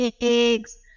eggs